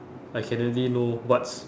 I can already know what's